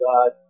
God